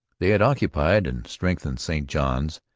they had occupied and strengthened st johns.